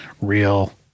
real